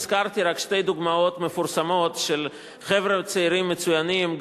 הזכרתי רק שתי דוגמאות מפורסמות של חבר'ה צעירים ומצוינים,